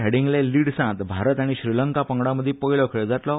Headingley Leeds हांगा भारत आनी श्रीलंका पंगडा मदी पयलो खेळ जातलो